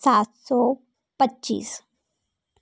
सात सौ पच्चीस